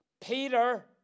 Peter